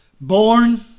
born